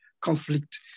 conflict